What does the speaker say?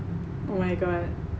oh my god